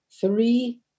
three